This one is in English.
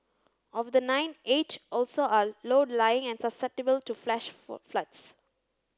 of the nine eight also are low lying and susceptible to flash floods